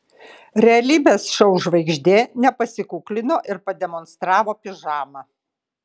realybės šou žvaigždė nepasikuklino ir pademonstravo pižamą